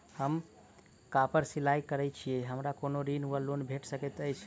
हम कापड़ सिलाई करै छीयै हमरा कोनो ऋण वा लोन भेट सकैत अछि?